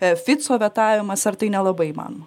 fico vetavimas ar tai nelabai man